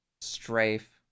strafe